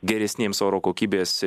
geresniems oro kokybės